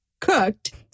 cooked